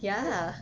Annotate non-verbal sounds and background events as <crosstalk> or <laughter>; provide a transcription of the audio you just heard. <breath>